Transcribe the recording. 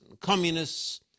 communists